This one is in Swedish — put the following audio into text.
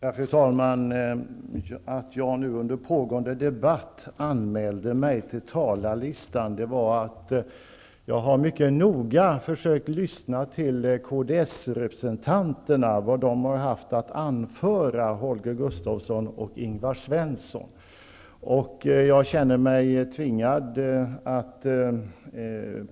Fru talman! Att jag nu under pågående debatt anmälde mig till talarlistan berodde på att jag mycket noga har försökt att lyssna på vad kdsrepresentanterna Holger Gustafsson och Ingvar Svensson har haft att anföra.